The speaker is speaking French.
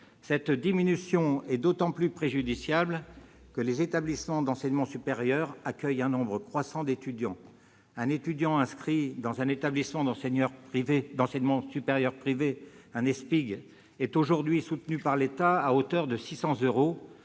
et 2018. C'est d'autant plus préjudiciable que les établissements d'enseignement supérieur accueillent un nombre croissant d'étudiants. Un étudiant inscrit dans un établissement d'enseignement supérieur privé d'intérêt général, un EESPIG, est aujourd'hui soutenu par l'État à hauteur de 600 euros,